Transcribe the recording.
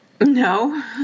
No